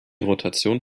rotation